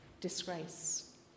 disgrace